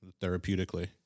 therapeutically